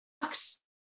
box